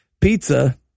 pizza